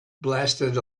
blasted